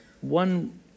one